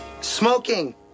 smoking